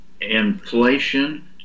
inflation